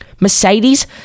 Mercedes